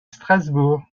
strasbourg